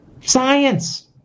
science